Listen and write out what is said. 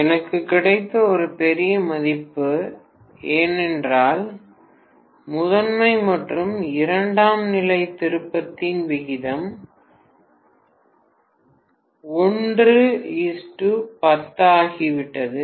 இது எனக்கு கிடைத்த ஒரு பெரிய மதிப்பு ஏனென்றால் முதன்மை மற்றும் இரண்டாம் நிலை திருப்பத்தின் விகிதம் 110 ஆகிவிட்டது